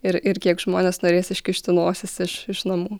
ir ir kiek žmonės norės iškišti nosis iš iš namų